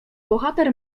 bohater